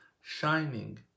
shining